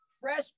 fresh